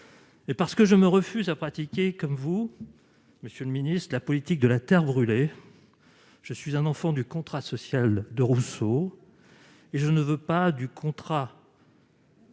parce que je me refuse à pratiquer, comme vous, monsieur le ministre, la politique de la terre brûlée. Je suis un enfant du contrat social de Rousseau et je ne veux pas du contrat